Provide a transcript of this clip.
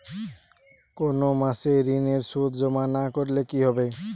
কোনো মাসে ঋণের সুদ জমা না করলে কি হবে?